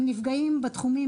הם נפגעים בתחומים,